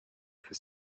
for